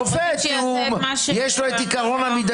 הם רוצים שיעשה את מה שהם --- שופט יש לו את עיקרון המידתיות.